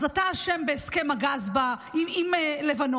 אז אתה אשם בהסכם הגז עם לבנון,